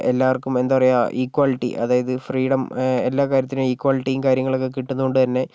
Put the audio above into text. എല്ലാവർക്കും എന്താ പറയുക ഇക്വാളിറ്റി അതായത് ഫ്രീഡം എല്ലാ കാര്യത്തിനും ഇക്വാലിറ്റിയും കാര്യങ്ങളൊക്കെ കിട്ടുന്നത് കൊണ്ട്തന്നെ